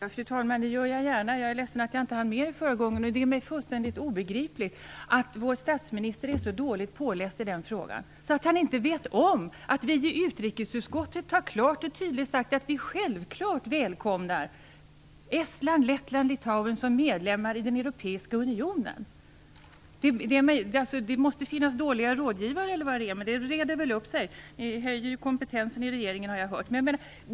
Fru talman! Det gör jag gärna. Jag är ledsen att jag inte hann med det förra gången. Det är mig fullständigt obegripligt att vår statsminister är så dåligt påläst att han inte vet att vi i utrikesutskottet klart och tydligt har sagt att vi självklart välkomnar Estland, Lettland och Litauen som medlemmar i den europeiska unionen. Det måste vara fråga om dåliga rådgivare eller något, men det reder väl upp sig - ni höjer ju kompetensen i regeringen har jag hört.